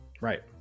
Right